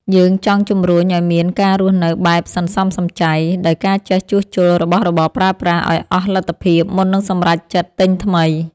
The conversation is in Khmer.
យើងចង់ជម្រុញឱ្យមានការរស់នៅបែបសន្សំសំចៃ ដោយការចេះជួសជុលរបស់របរប្រើប្រាស់ឱ្យអស់លទ្ធភាពមុននឹងសម្រេចចិត្តទិញថ្មី។